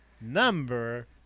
number